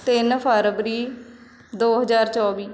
ਤਿੰਨ ਫਰਵਰੀ ਦੋ ਹਜ਼ਾਰ ਚੌਵੀ